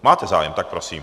Máte zájem, tak prosím.